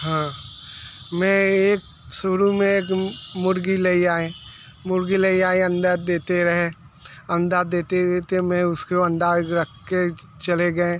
हाँ मैं एक शुरु में दुम मुर्गी ले आए मुर्गी ले आए अंडा देते रहे अंडा देते देते मैं उसको अंडा रखके चले गए